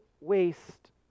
waste